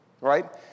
right